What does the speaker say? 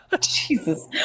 Jesus